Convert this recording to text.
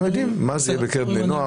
אנחנו יודעים מה זה בקרב בני נוער.